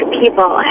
people